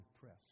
press